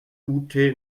ute